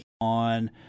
on